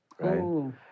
right